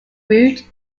route